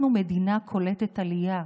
אנחנו מדינה קולטת עלייה,